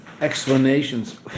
explanations